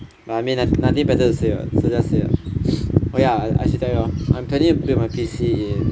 no I mean like nothing to say [what] so just say ah oh ya I should tell you ah I'm planning to build my P_C in